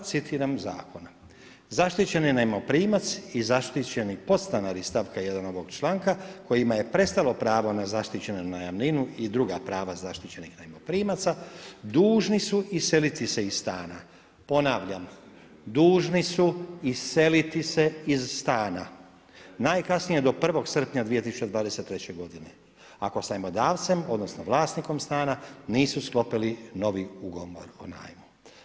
Citiram zakon: „Zaštićeni najmoprimac i zaštićeni podstanari iz stavka 1. ovoga članka kojima je prestalo pravo na zaštićenu najamninu i druga prava zaštićenih najmoprimaca dužni su se iseliti iz stana…“, ponavljam, dužni su iseliti se iz stana, „…najkasnije do 1. srpnja 2023. godine ako sa najmodavcem odnosno vlasnikom stana nisu sklopili novi ugovor o najmu.